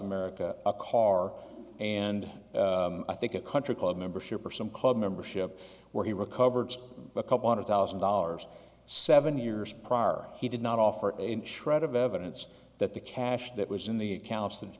america a car and i think a country club membership or some club membership where he recovered a couple hundred thousand dollars seven years prior he did not offer a shred of evidence that the cash that was in the accounts